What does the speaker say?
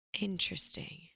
Interesting